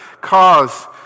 cause